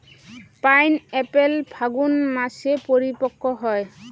pineapple Phalgun মাসে পরিপক্ব হয়